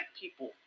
people